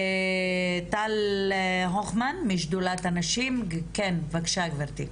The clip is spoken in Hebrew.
טל הוכמן משדולת הנשים, כן בבקשה גברתי.